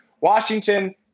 Washington